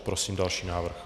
Prosím další návrh.